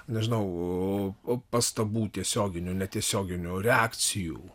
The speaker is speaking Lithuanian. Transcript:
nežinau pastabų tiesioginių netiesioginių reakcijų